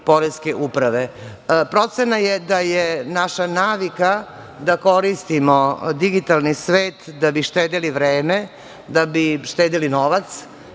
uprave. Procena je da je naša navika da koristimo digitalni svet da bi štedeli vreme, da bi štedeli novac